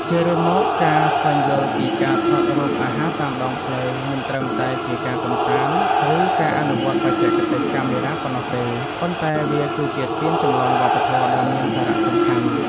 ជារួមមក ការស្វែងយល់ពីការថតរូបអាហារតាមដងផ្លូវ មិនត្រឹមតែជាការកម្សាន្ត ឬការអនុវត្តបច្ចេកទេសកាមេរ៉ាប៉ុណ្ណោះទេ ប៉ុន្តែវាគឺជាស្ពានចម្លងវប្បធម៌ដ៏មានសារៈសំខាន់។